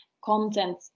content